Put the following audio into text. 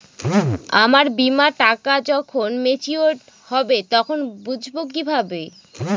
আমার বীমার টাকা যখন মেচিওড হবে তখন বুঝবো কিভাবে?